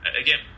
Again